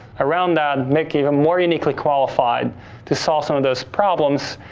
around that make even more uniquely qualified to solve some of those problems.